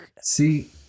See